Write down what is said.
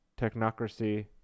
Technocracy